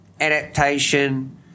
adaptation